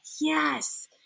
yes